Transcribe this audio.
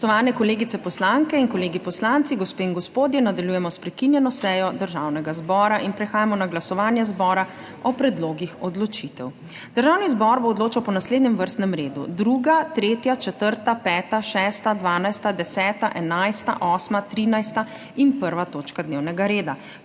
Spoštovani kolegice poslanke in kolegi poslanci, gospe in gospodje! Nadaljujemo s prekinjeno sejo Državnega zbora. Prehajamo na glasovanje zbora o predlogih odločitev. Državni zbor bo odločal po naslednjem vrstnem redu: 2., 3., 4., 5., 6., 12., 10., 11., 8., 13., in 1. točka dnevnega reda.